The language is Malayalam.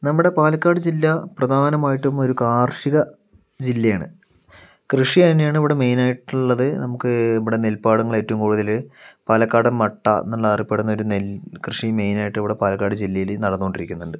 നമ്മുടെ പാലക്കാട് ജില്ല പ്രധാനമായിട്ടും ഒരു കാർഷിക ജില്ലയാണ് കൃഷി തന്നെയാണ് ഇവിടെ മെയിനായിട്ടുള്ളത് നമുക്ക് ഇവിടെ നെൽപ്പാടങ്ങൾ ഏറ്റവും കൂടുതൽ പാലക്കാടൻ മട്ട എന്നുള്ള അറിയപ്പെടുന്ന ഒരു നെൽക്കൃഷി മെയിനായിട്ട് ഇവിടെ പാലക്കാട് ജില്ലയിൽ നടന്നുകൊണ്ടിരിക്കുന്നുണ്ട്